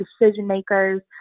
decision-makers